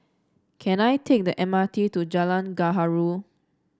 can I take the M R T to Jalan Gaharu